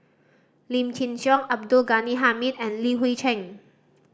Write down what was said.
Lim Chin Siong Abdul Ghani Hamid and Li Hui Cheng